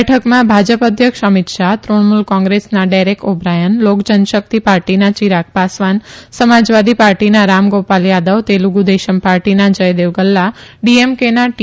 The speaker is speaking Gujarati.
બેઠકમાં ભાજપ અધ્યક્ષ અમિત શાહ તૃણમુલ કોંગ્રેસના ડેરેક ઓ બ્રાયન લોક જનશકિત પાર્ટીના ચિરાગ પાસવાન સમાજવાદી પાર્ટીના રામ ગોપાલ થાદવ તેલુગુ દેશમ પાર્ટીના જયદેવ ગલ્લા ડીએમકેના ટી